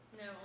No